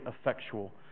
effectual